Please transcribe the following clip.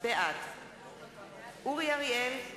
בעד אורי אריאל,